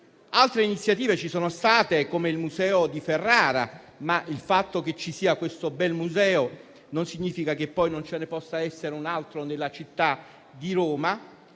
Altre iniziative ci sono state, e ricordo il museo di Ferrara, ma il fatto che esista non significa che non ce ne possa essere un altro nella città di Roma: